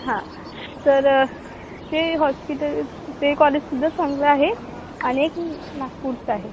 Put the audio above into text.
हां तर ते हॉस्पिटल ते कॉलेजसुद्धा चांगलं आहे आणि एक ना नागपूरचं आहे